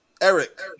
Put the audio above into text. Eric